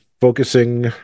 focusing